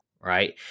right